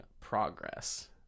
progress